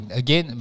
again